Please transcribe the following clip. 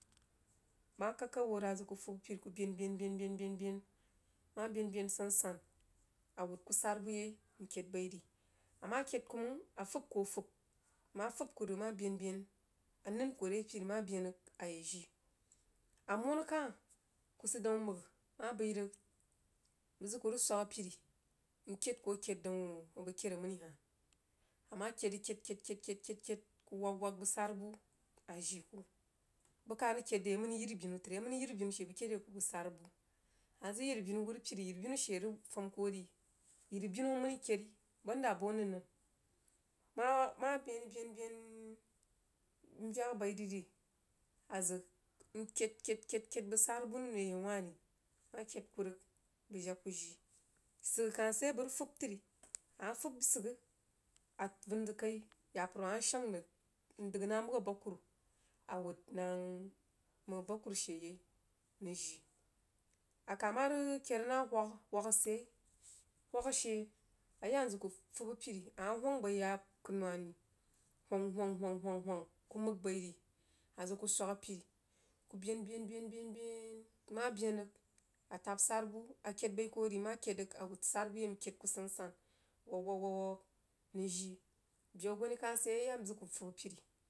Bəg mah kag kag hoo rig azəg kuh fubah a piri kuh ben ben ben ben mah ben ben sansan a wuhd kuh darubuh yai nkəid bai ri amala kəid kuh mang a fub kuh fub ku kuh mah ben ben anən kuh re piri mah bən rig a yən jii a muhnu kah kuh sid daun magha amah bəi rig bəg zəg kuh rig swag apiri rkəid kuh a kəid daun abəg kəid aməni hah amaah kəid rig kəid kəid-kəid-kəid-kəid-kəid kuh wag wag bəg sarubuh a jii kuh mkah rig kəid deh aməri yiribinu trí aməni yiribinu she bəg kəid re kuh bəg sarubuh amah zəg yiri binu whəd a piri yiri binu she a rig anəin nəin mah mah ben rig ben ben nvahagha bəi rig azəg nkəid kəid kəid kəid kəid bəg sarubuh nəm re yau wah ri ama kəid kuh rig bəg jag kuh jin sighá kah sid yai bəg rig fub tri bəg mah fub sigha a vən zig kai mah shag rig ndəg nah mghah abəgkum a wəd nang mghah abagkuru she yai nəng jii akah mah rəg kəir nah hugha, hugha sid yai husha she a yiyah nzəg kul rig fub apiri amah hway baih yahənu wah ni hwang hwang hwang hwang kuh məg baih ri a zəg kuh swajh a piri kuh ben ben ben ben ben kuh mah ben rig a tab sarubuh akalld bəi kuh ri amch kəid kuh rig a wha sarubuh yai nkəid kuh sansan waag whag whag whag nəng jij bəu guni kah sid ya a yiya nzə ku ub apiri.